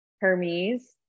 Hermes